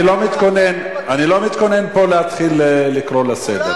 אני לא מתכונן להתחיל לקרוא לסדר.